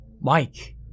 Mike